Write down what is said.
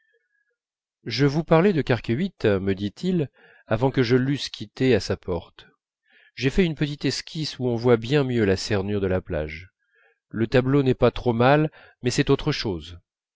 je vous parlais de carquethuit me dit-il avant que je l'eusse quitté à sa porte j'ai fait une petite esquisse où on voit bien mieux la cernure de la plage le tableau n'est pas trop mal mais c'est autre chose